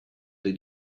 they